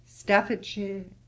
Staffordshire